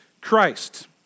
Christ